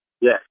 Yes